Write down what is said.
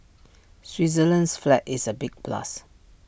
Switzerland's flag is A big plus